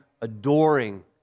adoring